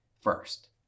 first